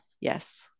yes